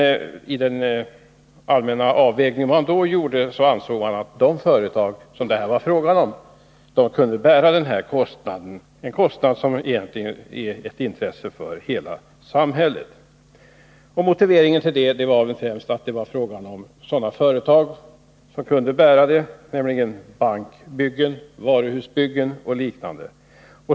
Vid den allmänna avvägning man gjorde ansågs emellertid att de företag som då var berörda kunde bära dessa kostnader — kostnader som egentligen rör ett område som är av intresse för hela samhället — och motiveringen till detta var väl att det främst var fråga om bankbyggen, varuhusbyggen och liknande.